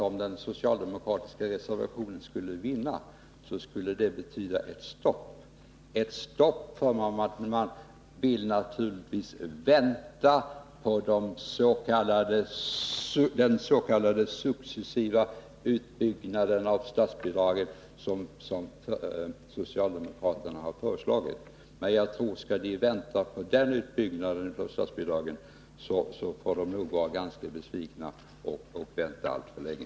Om den socialdemokratiska reservationen skulle vinna skulle det betyda ett stopp, därför att socialdemokraterna vill naturligtvis vänta på den s.k. successiva utbyggnaden av statsbidraget som de har föreslagit. Men om man skall vänta på den utbyggnaden av statsbidraget blir man nog ganska besviken och får vänta alltför länge.